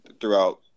throughout